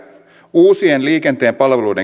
uusien liikenteen palveluiden kehittäjänä ja viejänä